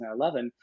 2011